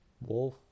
Wolf